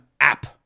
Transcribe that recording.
app